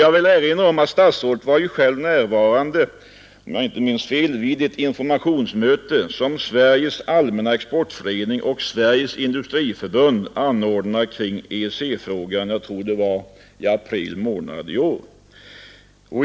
Jag vill erinra om att statsrådet själv var närvarande — om jag inte minns fel — vid ett informationsmöte som Sveriges allmänna exportförening och Sveriges industriförbund anordnade kring EEC-frågan, jag tror det var i april månad i år.